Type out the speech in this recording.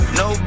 no